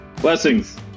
Blessings